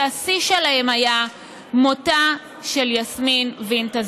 שהשיא שלהם היה מותה של יסמין וינטה,